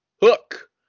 Hook